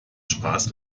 spaß